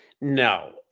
No